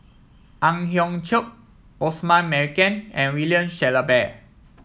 Ang Hiong Chiok Osman Merican and William Shellabear